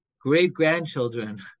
great-grandchildren